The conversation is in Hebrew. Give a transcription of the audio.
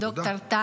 תודה שאתה עוזר לי.